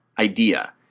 idea